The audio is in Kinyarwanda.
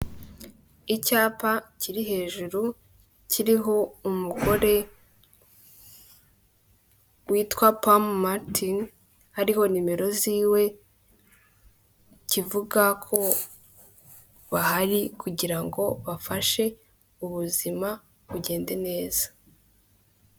Icyapa kiri hejuru, kiriho umugore witwa Pam Martin, hariho nimero ziwe, kivuga ko bahari kugira ngo bafashe, ubuzima bugende neza.